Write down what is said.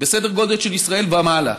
בסדר גודל של ישראל ומעלה.